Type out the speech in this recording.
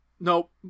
Nope